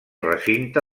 recinte